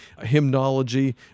hymnology